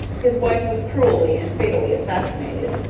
his wife was cruelly and fatally assassinated,